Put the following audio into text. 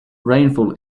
rainfall